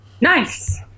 nice